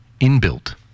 inbuilt